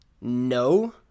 no